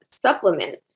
supplements